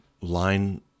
line